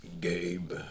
Gabe